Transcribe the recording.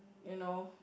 you know